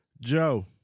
Joe